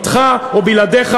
אתך או בלעדיך,